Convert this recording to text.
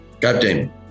Captain